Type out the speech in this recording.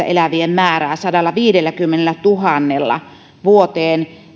elävien määrää sadallaviidelläkymmenellätuhannella vuoteen